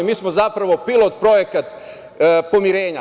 Mi smo zapravo pilot projekat pomirenja.